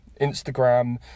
Instagram